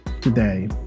today